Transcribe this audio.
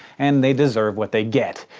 and they deserve what they get.